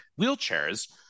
wheelchairs